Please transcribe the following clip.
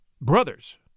brothers